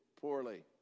poorly